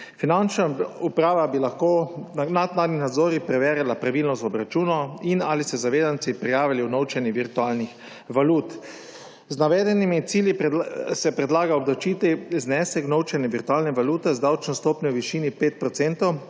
Finančna uprava bi lahko z naknadnimi nadzori preverjala pravilnost obračunov in ali so zavezanci prijavili unovčenje virtualnih valut. Z navedenimi cilji se predlaga obdavčiti znesek unovčene virtualne valute z davčno stopnjo v višini 5